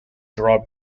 draw